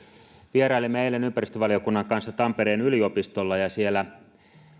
vierailimme eilen ympäristövaliokunnan kanssa tampereen teknillisellä yliopistolla ja siellä